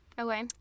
Okay